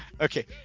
Okay